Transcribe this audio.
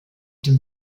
den